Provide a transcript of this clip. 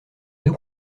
deux